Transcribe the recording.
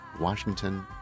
Washington